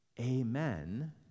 amen